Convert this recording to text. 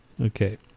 okay